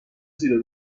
زیر